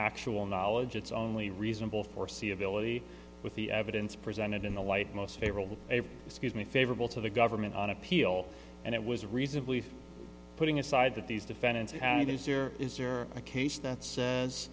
actual knowledge it's only reasonable foreseeability with the evidence presented in the light most favorable excuse me favorable to the government on appeal and it was reasonably putting aside that these defendants and others here is or a case that says